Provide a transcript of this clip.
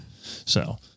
So-